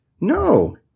No